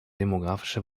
demografische